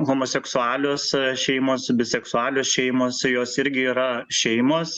homoseksualios šeimos biseksualios šeimos jos irgi yra šeimos